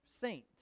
saint